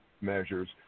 measures